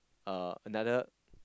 a another